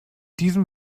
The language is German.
diesem